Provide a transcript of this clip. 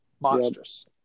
monstrous